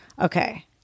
Okay